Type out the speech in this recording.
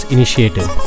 Initiative